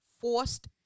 forced